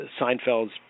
Seinfeld's